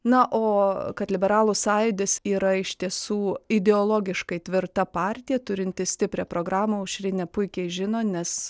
na o kad liberalų sąjūdis yra iš tiesų ideologiškai tvirta partija turinti stiprią programą aušrinė puikiai žino nes